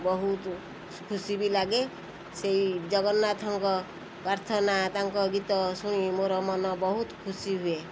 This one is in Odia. ବହୁତ ଖୁସି ବି ଲାଗେ ସେଇ ଜଗନ୍ନାଥଙ୍କ ପ୍ରାର୍ଥନା ତାଙ୍କ ଗୀତ ଶୁଣି ମୋର ମନ ବହୁତ ଖୁସି ହୁଏ